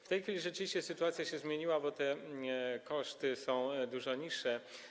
W tej chwili rzeczywiście sytuacja się zmieniła, bo te koszty są dużo niższe.